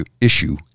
issue